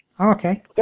Okay